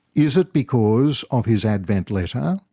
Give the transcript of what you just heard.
is it because of his advent letter?